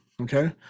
okay